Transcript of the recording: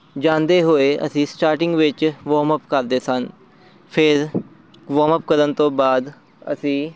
ਜਾਂਦੇ ਹੋਏ ਅਸੀਂ ਸਟਾਰਟਿੰਗ ਵਿੱਚ ਵੋਰਮਅੱਪ ਕਰਦੇ ਸਨ ਫਿਰ ਵੋਰਮਅੱਪ ਕਰਨ ਤੋਂ ਬਾਅਦ ਅਸੀਂ